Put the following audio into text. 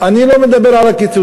אני לא מדבר על הקיצוצים.